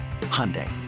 Hyundai